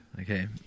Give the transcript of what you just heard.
Okay